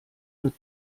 wird